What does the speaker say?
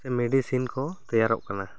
ᱥᱮ ᱢᱮᱰᱤᱥᱤᱱ ᱠᱚ ᱛᱮᱭᱟᱨᱚᱜ ᱠᱟᱱᱟ